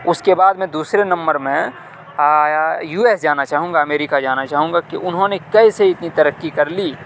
اس کے بعد میں دوسرے نمبر میں یو ایس جانا چاہوں گا امریکہ جانا چاہوں گا کہ انہوں نے کیسے اتنی ترقی کر لی